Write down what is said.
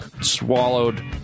swallowed